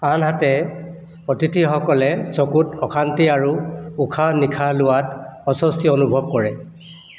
আনহাতে অতিথিসকলে চকুত অশান্তি আৰু উশাহ নিশাহ লোৱাত অস্বস্তি অনুভৱ কৰে